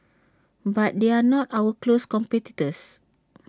but they are not our close competitors